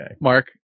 Mark